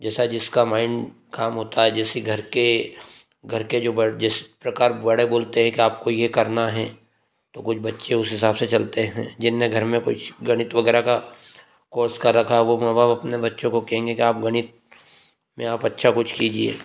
जैसा जिसका माइन्ड काम होता है जैसे घर के घर के जो बड़े जिस प्रकार बड़े बोलते हैं कि आपको यह करना है तो कुछ बच्चे उस हिसाब से चलते हैं जिनने घर में कोई गणित वगैरह का कोर्स कर रखा है वो माँ बाप अपने बच्चों को कहेंगे की आप गणित मे अच्छा कुछ कीजिए